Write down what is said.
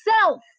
self